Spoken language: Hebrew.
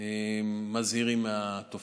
מזהירים מהתופעה.